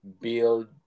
build